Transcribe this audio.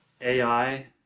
AI